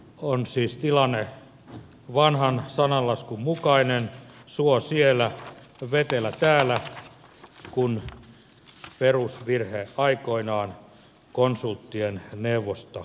on siis tilanne vanhan sananlaskun mukainen suo siellä vetelä täällä kun perusvirhe aikoinaan konsulttien neuvosta tehtiin